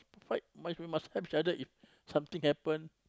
fight mu~ we must help each other if something happen